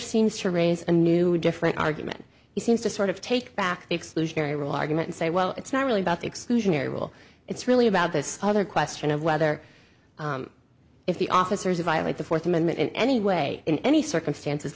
seems to raise a new different argument he seems to sort of take back the exclusionary rule argument and say well it's not really about the exclusionary rule it's really about this other question of whether if the officers violate the fourth amendment in any way in any circumstances